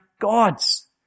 God's